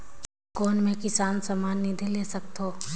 कौन मै किसान सम्मान निधि ले सकथौं?